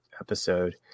episode